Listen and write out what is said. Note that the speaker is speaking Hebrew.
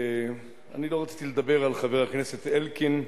אני לא רציתי לדבר על חברי הכנסת אלקין,